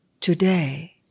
Today